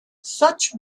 such